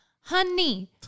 honey